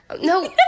No